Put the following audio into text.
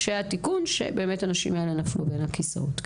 לגבי התיקון שהנשים האלה באמת נפלו בין הכיסאות.